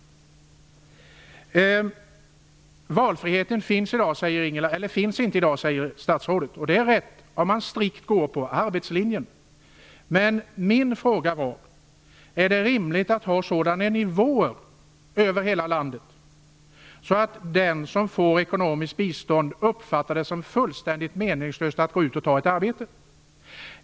Valfriheten finns inte i dag, säger statsrådet, och det är riktigt om man strikt följer arbetslinjen. Men min fråga var: Är det rimligt att ha sådana nivåer över hela landet att den som får ekonomiskt bistånd uppfattar det som fullständigt meningslöst att gå ut och ta ett arbete?